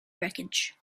wreckage